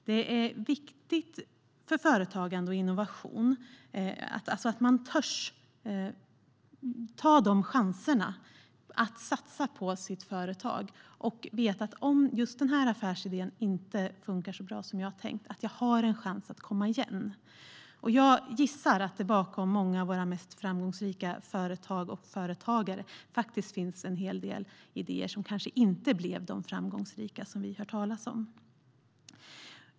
Det är viktigt för företagande och innovation att man törs ta chansen att satsa på sitt företag och veta att om just denna affärsidé inte funkar så bra som man har tänkt har man en chans att komma igen. Jag gissar att det bakom många av våra mest framgångsrika företag och företagare faktiskt finns en hel del idéer som kanske inte blev de framgångsrika som vi hör talas om.